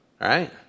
right